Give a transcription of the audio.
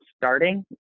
starting